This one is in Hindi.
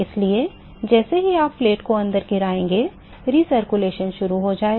इसलिए जैसे ही आप प्लेट को अंदर गिराएंगे रीसर्क्युलेशन शुरू हो जाएगा